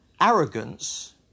arrogance